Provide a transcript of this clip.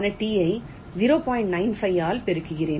95 ஆல் பெருக்குகிறது